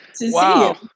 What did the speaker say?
Wow